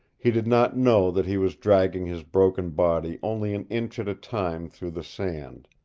he did not know that he was dragging his broken body only an inch at a time through the sand.